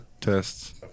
tests